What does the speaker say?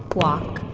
walk,